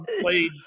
played